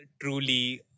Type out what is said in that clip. truly